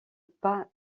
pas